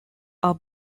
are